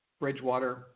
Bridgewater